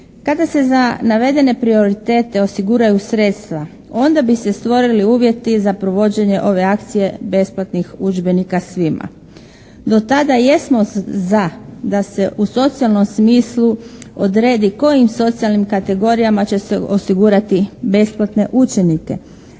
Kada se za navedene prioritete osiguraju sredstva onda bi se stvorili uvjeti za provođenje ove akcije besplatnih udžbenika svima. Do tada jesmo za da se u socijalnom smislu odredi kojim socijalnim kategorijama će se osigurati besplatne učenike.